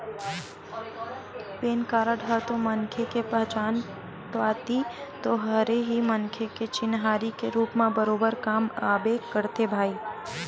PAN card ह तो मनखे के पहचान पाती तो हरे ही मनखे के चिन्हारी के रुप म बरोबर काम आबे करथे भई